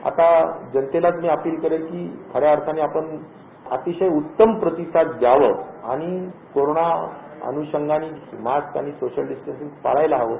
आता जनतेलाच मी अपील करेल की खऱ्या अर्थानं आपण अतिशय उत्तम प्रतिसाद द्यावं आणि कोरोना अन्षंगानं मास्क आणि सोशल डिस्टन्सिंग पाळायला हवं